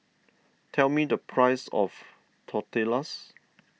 tell me the price of Tortillas